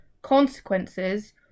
consequences